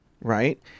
right